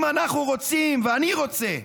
אם אנחנו רוצים, ואני רוצה,